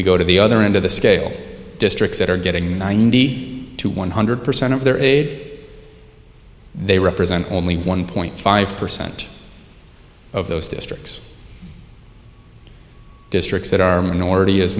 we go to the other end of the scale districts that are getting ninety to one hundred percent of their aid they represent only one point five percent of those districts districts that are minority is